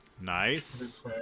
Nice